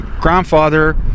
grandfather